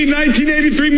1983